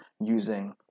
using